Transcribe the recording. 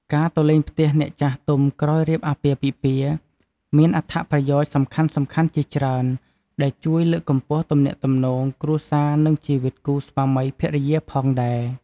ការទៅលេងផ្ទះអ្នកចាស់ទុំក្រោយរៀបអាពាហ៍ពិពាហ៍ មានអត្ថប្រយោជន៍សំខាន់ៗជាច្រើន ដែលជួយលើកកម្ពស់ទំនាក់ទំនងគ្រួសារនិងជីវិតគូ ស្វាមីភរិយាផងដែរ។